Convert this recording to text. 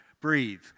breathe